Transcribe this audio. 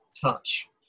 touch